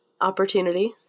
opportunity